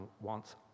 wants